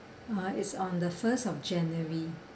uh is on the first of january